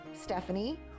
Stephanie